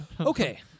Okay